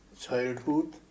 childhood